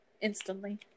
instantly